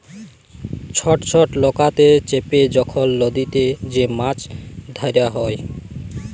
ছট ছট লকাতে চেপে যখল লদীতে যে মাছ ধ্যরা হ্যয়